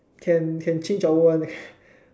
can can change genre [one] eh